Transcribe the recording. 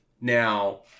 Now